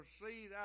proceed